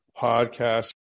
podcast